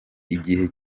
igihe